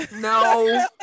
No